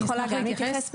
אני יכולה גם להתייחס בבקשה?